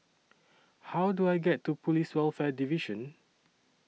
How Do I get to Police Welfare Division